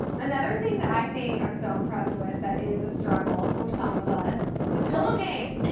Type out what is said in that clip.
another thing that i think i'm so impressed with that is a struggle for some of us the pillow game